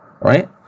right